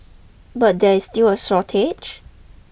but there is still a shortage